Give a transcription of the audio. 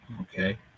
Okay